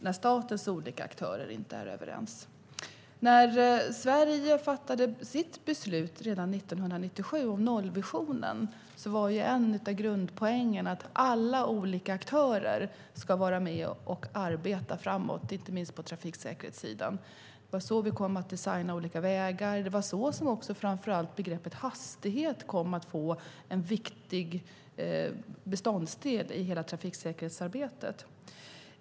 När Sverige redan 1997 fattade sitt beslut om nollvisionen var en av grundpoängerna att alla olika aktörer ska vara med och arbeta framåt, inte minst på trafiksäkerhetssidan. Det var så vi kom att designa olika vägar. Det var också så framför allt begreppet "hastighet" kom att bli en viktig beståndsdel i trafiksäkerhetsarbetet.